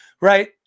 right